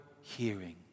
hearing